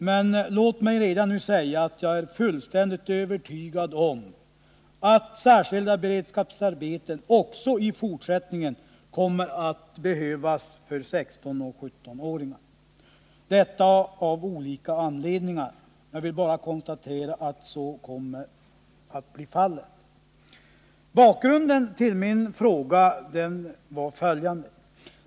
Men låt mig redan nu säga att jag är fullständigt övertygad om att särskilda beredskapsarbeten också i fortsättningen kommer att behövas för 16 och 17-åringar, detta av olika anledningar. Jag vill bara konstatera att så kommer att bli fallet. Bakgrunden till min fråga var följande.